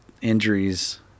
injuries